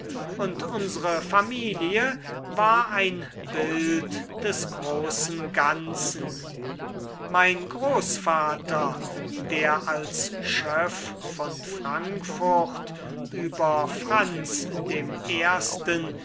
und unsere familie war ein bild des großen ganzen mein großvater der als schöff von frankfurt über franz dem ersten